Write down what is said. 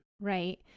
right